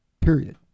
period